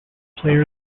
player